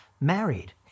married